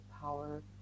power